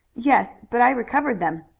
yes, but i recovered them.